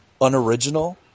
unoriginal